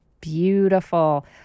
Beautiful